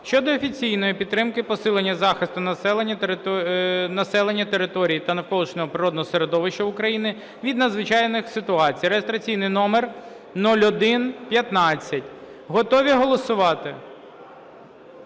щодо офіційної підтримки посилення захисту населення, територій та навколишнього природного середовища України від надзвичайних ситуацій (реєстраційний номер 0115) Готові голосувати?